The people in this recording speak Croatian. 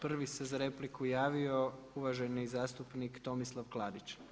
Prvi se za repliku javio uvaženi zastupnik Tomislav Klarić.